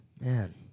Man